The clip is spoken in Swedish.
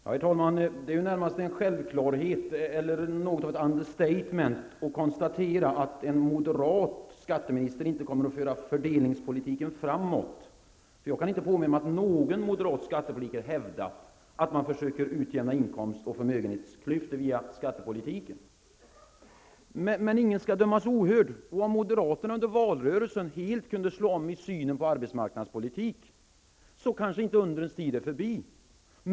Herr talman! Det är ju något av ett ''understatement'' att konstatera att en moderat skatteminister inte kommer att föra fördelningspolitiken framåt. Jag kan inte påminna mig att någon moderat skattepolitiker har hävdat att man försöker utjämna inkomst och förmögenhetsklyftor via skattepolitiken. Men ingen skall dömas ohörd. När moderaterna i valrörelsen helt kunde ändra sig beträffande synen på arbetsmarknadspolitiken är kanske inte undrens tid förbi.